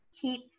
keep